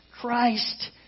Christ